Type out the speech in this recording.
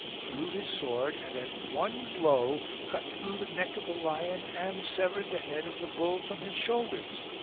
drew his sword, and at one blow cut through the neck of the lion and severed the head of the bull from his shoulders.